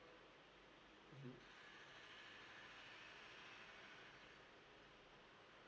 mmhmm